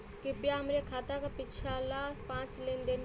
कृपया हमरे खाता क पिछला पांच लेन देन दिखा दी